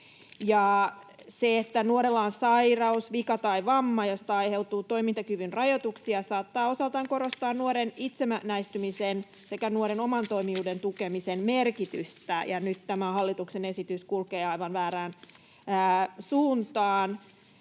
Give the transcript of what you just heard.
Se, että nuorella on sairaus, vika tai vamma, josta aiheutuu toimintakyvyn rajoituksia, saattaa osaltaan korostaa nuoren itsenäistymisen sekä nuoren oman toimijuuden tukemisen merkitystä, ja nyt tämä hallituksen esitys kulkee aivan väärään suuntaan,